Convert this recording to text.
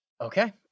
Okay